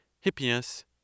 Hippias